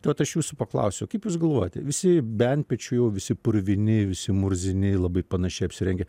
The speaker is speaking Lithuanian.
tai vat aš jūsų paklausiu kaip jūs galvojate visi bent bet čia jau visi purvini visi murzini labai panašiai apsirengę